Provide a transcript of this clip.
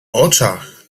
oczach